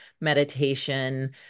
meditation